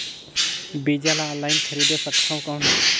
बीजा ला ऑनलाइन खरीदे सकथव कौन?